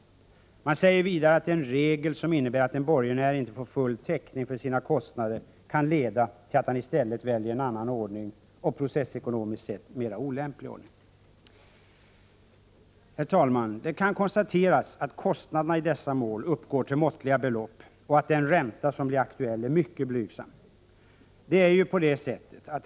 Reservanterna säger vidare att den regel som innebär att en borgenär inte får full täckning för sina kostnader kan leda till att han i stället väljer en annan och processekonomiskt sett mera olämplig ordning. Herr talman! Det kan konstateras att kostnaderna i dessa mål uppgår till måttliga belopp och att den ränta som blir aktuell är mycket blygsam.